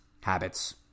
Habits